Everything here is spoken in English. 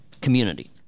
community